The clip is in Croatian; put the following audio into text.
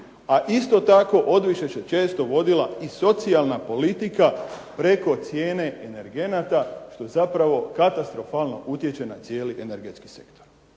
a isto tako odviše se često vodila i socijalna politika preko cijene energenata što zapravo katastrofalno utječe na cijeli energetski sektor